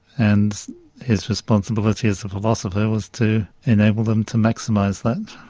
and his responsibility as a philosopher was to enable them to maximise that.